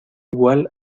igual